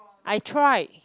I tried